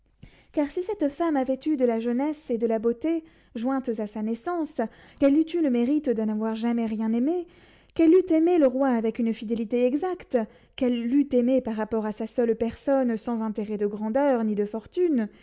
car si cette femme avait eu de la jeunesse et de la beauté jointes à sa naissance qu'elle eût eu le mérite de n'avoir jamais rien aimé qu'elle eût aimé le roi avec une fidélité exacte qu'elle l'eût aimé par rapport à sa seule personne sans intérêt de grandeur ni de fortune